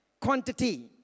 quantity